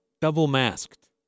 double-masked